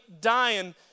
dying